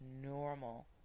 normal